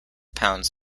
pounds